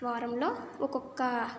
వారంలో ఒక్కొక్క